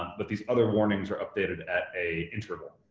but these other warnings are updated at a interval.